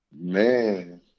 Man